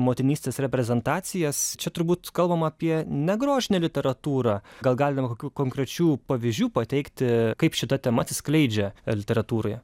motinystės reprezentacijas čia turbūt kalbam apie negrožinę literatūrą gal galima kokių konkrečių pavyzdžių pateikti kaip šita tema atsiskleidžia literatūroje